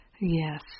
Yes